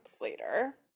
later